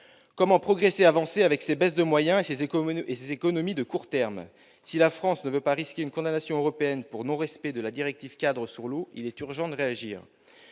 Comment progresser et avancer avec ces baisses de moyens et ces économies de court terme ? Si la France ne veut pas risquer une condamnation européenne pour non-respect de la directive-cadre sur l'eau, il est urgent de réagir.